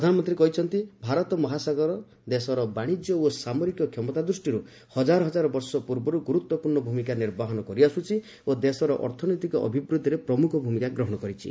ପ୍ରଧାନମନ୍ତ୍ରୀ କହିଛନ୍ତି ଭାରତ ମହାସାଗର ଦେଶର ବାଣିଜ୍ୟ ଓ ସାମରିକ କ୍ଷମତା ଦୃଷ୍ଟିରୁ ହଜାର ବର୍ଷ ପୂର୍ବରୁ ଗୁରୁତ୍ୱପୂର୍ଣ୍ଣ ଭୂମିକା ନିର୍ବାହନ କରିଆସୁଛି ଓ ଦେଶର ଅର୍ଥନୈତିକ ଅଭିବୃଦ୍ଧିରେ ପ୍ରମୁଖ ଭୂମିକା ଗ୍ରହଣ କରିଛି